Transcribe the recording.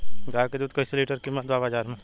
गाय के दूध कइसे लीटर कीमत बा बाज़ार मे?